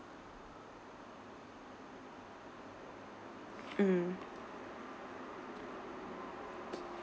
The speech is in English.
mm